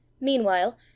Meanwhile